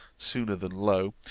sooner than low,